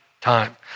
time